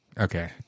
Okay